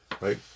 right